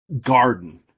garden